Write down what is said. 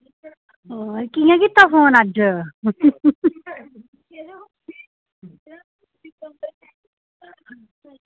आं कियां कीता फोन अज्ज